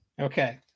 Okay